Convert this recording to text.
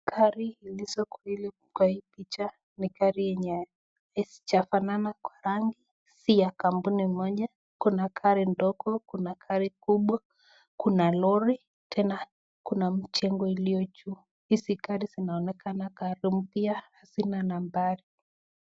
Gari lilizo kwa hii picha ni gari yenye hazijafananabkwa rangi, si ya kampuni moja, Kuna gari ndogo, kuna gari kubwa, kuna lori, tena kuna mjengo iliyo juu, hizi gari zinaonekana ni mpya hazina nambari.